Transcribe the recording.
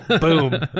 Boom